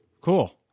cool